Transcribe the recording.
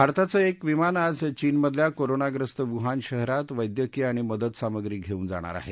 भारताचं एक विमान आज चीनमधल्या कोरोनाव्रस्त वुहान शहरात वैद्यकीय आणि मदत सामग्री घेऊन जाणार आहे